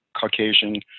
Caucasian